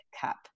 cup